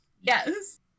Yes